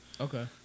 Okay